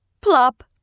plop